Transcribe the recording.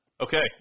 Okay